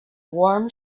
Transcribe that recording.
warm